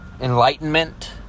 enlightenment